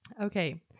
Okay